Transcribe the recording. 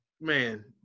man